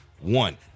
one